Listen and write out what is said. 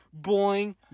boing